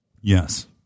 Yes